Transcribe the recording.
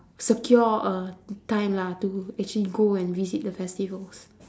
secure a time lah to actually go and visit the festivals